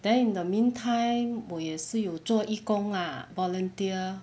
then in the meantime 我也是有做义工 lah volunteer